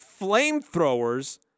flamethrowers